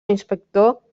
inspector